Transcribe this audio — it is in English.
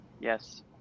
Yes